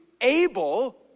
able